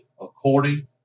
according